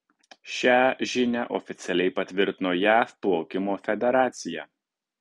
šią žinią oficialiai patvirtino jav plaukimo federacija